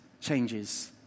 changes